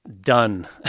done